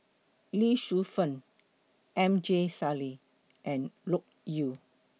Lee Shu Fen M J Sali and Loke Yew